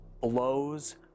blows